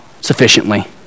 sufficiently